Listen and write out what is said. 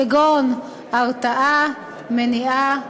כגון הרתעה, מניעה וגמול.